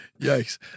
Yikes